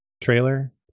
trailer